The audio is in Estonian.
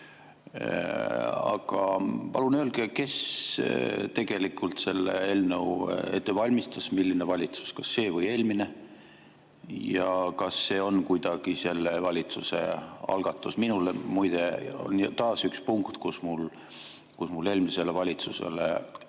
Aga palun öelge, kes tegelikult selle eelnõu ette valmistas, milline valitsus – kas see või eelmine? Kas see on kuidagi selle valitsuse algatus? Minu puhul see muide on taas üks punkt, kus mul eelmisele valitsusele